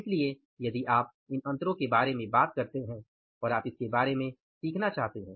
इसलिए यदि आप इन अंतरों के बारे में बात करते हैं और आप इसके बारे में सीखना चाहते हैं